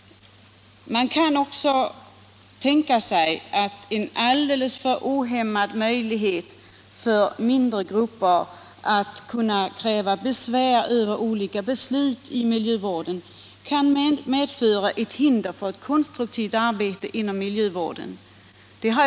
Man kan också tänka sig att alltför ohämmade möjligheter för mindre grupper att besvära sig över olika miljöpolitiska beslut kan medföra ett hinder för ett konstruktivt arbete inom miljövården.